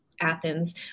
Athens